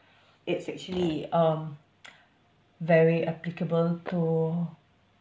it's actually um very applicable to